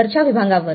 वरच्या विभगांवर